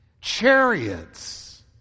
chariots